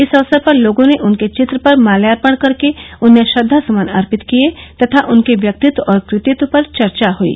इस अवसर पर लोगों ने उनके चित्र पर माल्यार्पण कर के उन्हें श्रद्वा सुमन अर्पित किये तथा उनके व्यक्तित्व और कृतित्व पर चर्चा हुयी